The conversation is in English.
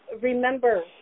remember